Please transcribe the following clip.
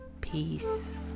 Peace